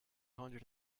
hundred